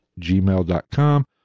gmail.com